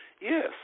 Yes